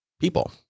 people